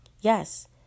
Yes